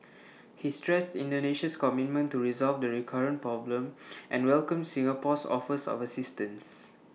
he stressed Indonesia's commitment to resolve the recurrent problem and welcomed Singapore's offers of assistance